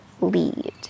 lead